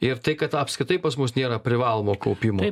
ir tai kad apskritai pas mus nėra privalomo kaupimo